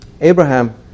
Abraham